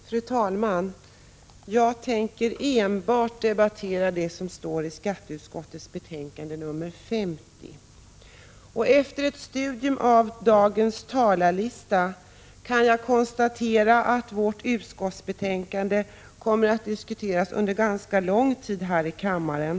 Fru talman! Jag tänker enbart diskutera det som står i skatteutskottets betänkande 50. Efter att ha studerat dagens talarlista kan jag konstatera att detta betänkande kommer att diskuteras under ganska lång tid här i kammaren.